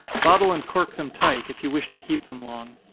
bottle and cork them tight, if you wish to keep them long.